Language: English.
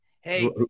Hey